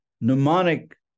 mnemonic